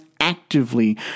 actively